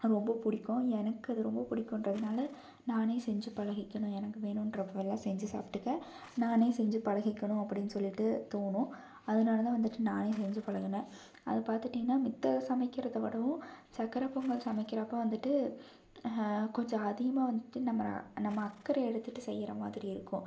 ரொம்ப ப்பிடிக்கும் எனக்கு அது ரொம்ப ப்பிடிக்குன்றதுனால நானே செஞ்சுப் பழகிக்கணும் எனக்கு வேணுன்றப்பலாம் செஞ்சுச் சாப்பிட்டுக்க நானே செஞ்சுப் பழகிக்கணும் அப்படினு சொல்லிட்டுத் தோணும் அதனால தான் வந்துட்டு நானே செஞ்சுப் பழகினேன் அதை பார்த்துக்கிட்டிங்கனா மத்தத சமைக்கிறத விடவும் சக்கரை பொங்கல் சமைக்கிறப்ப வந்துட்டு கொஞ்சம் அதிகமாக வந்துட்டு நம்ம நம்ம அக்கறை எடுத்துட்டுச் செய்கிற மாதிரி இருக்கும்